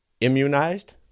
immunized